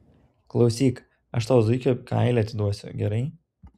klausyk aš tau zuikio kailį atiduosiu gerai